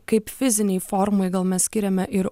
kaip fizinei formai gal mes skiriame ir